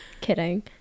Kidding